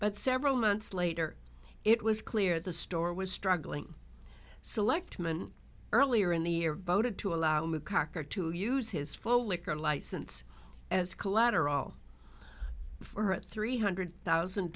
but several months later it was clear the store was struggling selectman earlier in the year voted to allow me cocker to use his full liquor license as collateral for a three hundred thousand